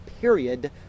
period